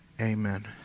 Amen